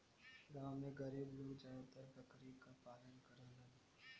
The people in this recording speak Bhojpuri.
गांव में गरीब लोग जादातर बकरी क पालन करलन